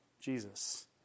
Jesus